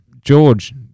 George